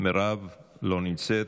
לא נמצאת.